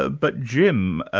ah but jim,